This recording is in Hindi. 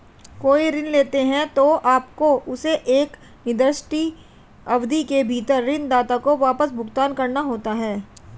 कोई ऋण लेते हैं, तो आपको उसे एक निर्दिष्ट अवधि के भीतर ऋणदाता को वापस भुगतान करना होता है